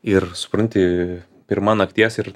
ir supranti pirma nakties ir